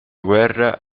guerra